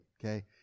okay